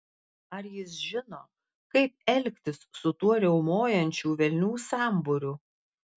ar jis žino kaip elgtis su tuo riaumojančių velnių sambūriu